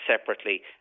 separately